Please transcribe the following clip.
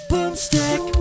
Boomstick